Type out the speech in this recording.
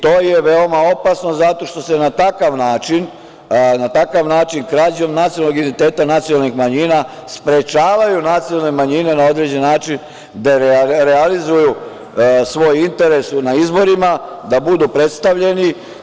To je veoma opasno zato što se na takav način krađom nacionalnog identiteta nacionalnih manjina sprečavaju nacionalne manjine na određen način da realizuju svoj interes na izborima, da budu predstavljeno.